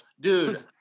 dude